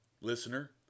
listener